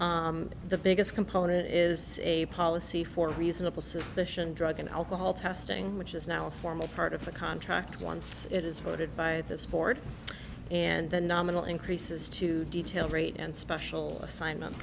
to the biggest component is a policy for reasonable suspicion drug and alcohol testing which is now a formal part of the contract once it is voted by this board and the nominal increases to detail rate and special assignments